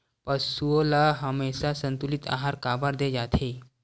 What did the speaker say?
पशुओं ल हमेशा संतुलित आहार काबर दे जाथे?